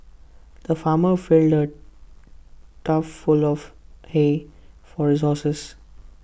the farmer filled A tough full of hay for resources